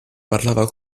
parlava